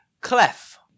Clef